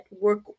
work